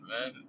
man